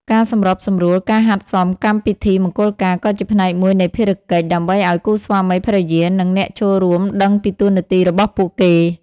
ការសម្របសម្រួលការហាត់សមកម្មពិធីមង្គលការក៏ជាផ្នែកមួយនៃភារកិច្ច ដើម្បីឱ្យគូស្វាមីភរិយា និងអ្នកចូលរួមដឹងពីតួនាទីរបស់ពួកគេ។